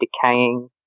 decaying